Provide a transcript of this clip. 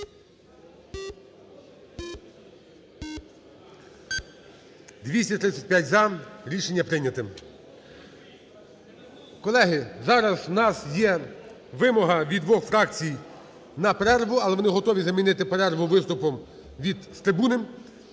За-235 Рішення прийняте. Колеги, зараз у нас є вимога від двох фракцій на перерву, але вони готові замінити перерву виступом з трибуни